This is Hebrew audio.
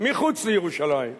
מחוץ לירושלים.